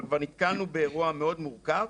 אבל כבר נתקלנו באירוע מאוד מורכב.